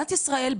מדינת ישראל,